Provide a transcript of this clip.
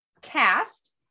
cast